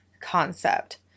concept